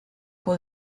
for